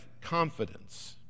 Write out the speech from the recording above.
confidence